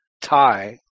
tie